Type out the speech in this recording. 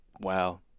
Wow